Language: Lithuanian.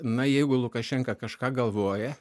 na jeigu lukašenka kažką galvoja